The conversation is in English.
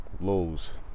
lows